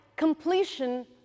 Completion